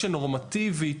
או שנורמטיבית,